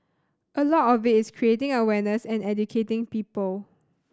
a lot of it is creating awareness and educating people